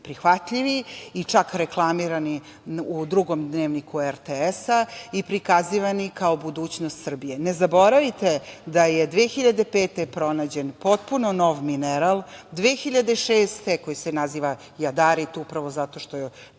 prihvatljivi i čak reklamirani u Drugom dnevniku RTS i prikazivani kao budućnost Srbije. Ne zaboravite da je 2005. godine pronađen potpuno nov mineral, 2006. godine, koji se naziva jadarit, upravo zato što je